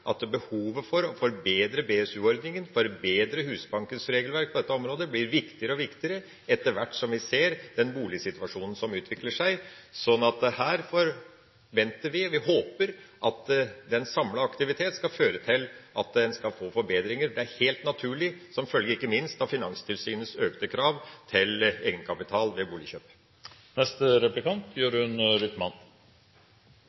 at behovet for å forbedre BSU-ordninga og forbedre Husbankens regelverk på dette området blir viktigere og viktigere etter hvert som vi ser den boligsituasjonen som utvikler seg. Så her håper vi at den samlede aktiviteten skal føre til at vi får forbedringer, for det er helt naturlig, ikke minst som følge av Finanstilsynets økte krav til egenkapital ved